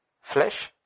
flesh